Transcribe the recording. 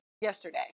yesterday